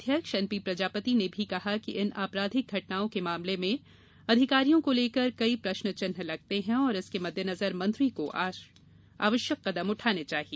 अध्यक्ष N P Prajapati ने भी कहा कि इन आपराधिक घटनाओं के मामले में अधिकारियों को लेकर कई प्रश्नचिन्ह लगते हैं और इसके मद्देनजर मंत्री को आवश्यक कदम उठाने चाहिए